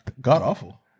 God-awful